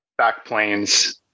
backplanes